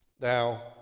now